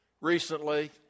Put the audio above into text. recently